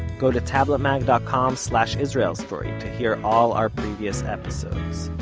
go to tabletmag dot com slash israel story to hear all our previous episodes.